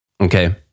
okay